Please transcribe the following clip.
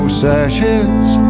sashes